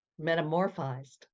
metamorphized